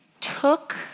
took